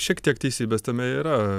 šiek tiek teisybės tame yra